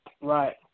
Right